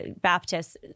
Baptists